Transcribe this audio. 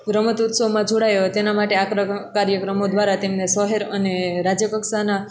રમત ઉત્સવમાં જોડાયો હોય તેના માટે આ પ્રકારના કાર્યક્રમો દ્વારા તેમને શહેર અને રાજ્ય કક્ષાના